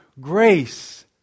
grace